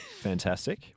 Fantastic